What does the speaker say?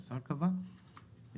שהשר קבע,